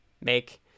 make